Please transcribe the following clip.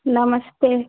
नमस्ते